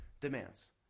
demands